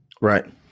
Right